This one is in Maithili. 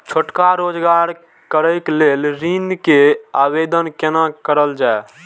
छोटका रोजगार करैक लेल ऋण के आवेदन केना करल जाय?